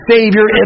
Savior